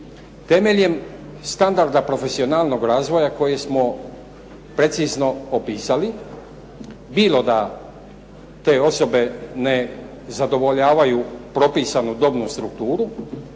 Temeljem standarda profesionalnog razvoja koji smo precizno opisali, bilo da te osobe ne zadovoljavaju propisanu dobnu strukturu,